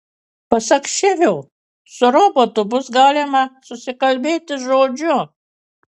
pasak šivio su robotu bus galima susikalbėti žodžiu